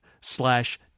slash